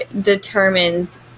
determines